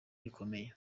rikomeye